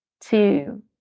two